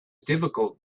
difficult